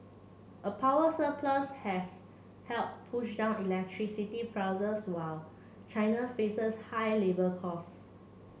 a power surplus has helped push down electricity prices while China faces higher labour costs